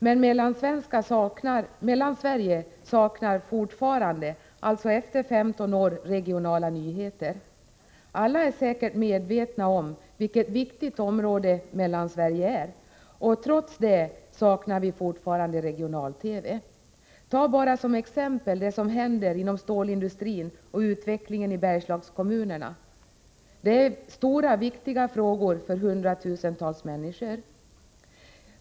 Men Mellansverige saknar fortfarande, alltså efter 15 år, regionala nyheter. Alla är säkert medvetna om vilket viktigt område Mellansverige är. Trots det saknar vi fortfarande regional-TV. Ta bara som exempel det som händer inom stålindustrin och utvecklingen i Bergslagskommunerna. Det är stora viktiga frågor för hundratusentals människor.